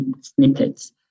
snippets